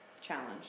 challenge